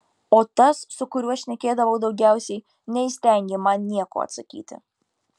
o tas su kuriuo šnekėdavau daugiausiai neįstengė man nieko atsakyti